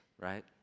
right